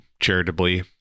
charitably